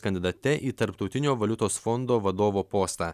kandidate į tarptautinio valiutos fondo vadovo postą